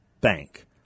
Bank